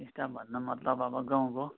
staff भन्नु मतलब अब गाउँको